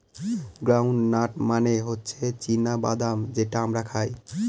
ground nut মানে হচ্ছে চীনা বাদাম যেটা আমরা খাই